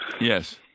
Yes